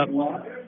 up